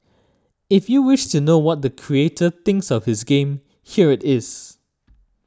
if you wish to know what the creator thinks of his game here it is